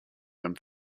them